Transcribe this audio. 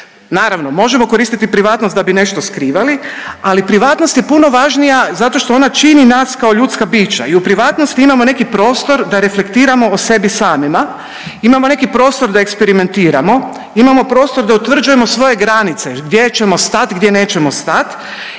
Naravno možemo koristiti privatnost da bi nešto skrivali, ali privatnost je puno važnija zato što ona čini nas kao ljudska bića i u privatnosti imamo neki prostor da reflektiramo o sebi samima, imamo neko prostor da eksperimentiramo, imamo prostor da utvrđujemo svoje granice gdje ćemo stati, gdje nećemo stati.